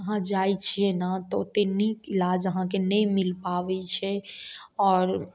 वहाँ जाय छियै ने तऽ ओते नीक इलाज आहाँके नहि मिल पाबै छै आओर